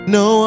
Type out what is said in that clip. no